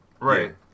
Right